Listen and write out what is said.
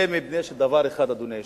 זה בגלל דבר אחד, אדוני היושב-ראש: